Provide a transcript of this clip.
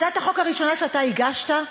הצעת החוק הראשונה שאתה הגשת,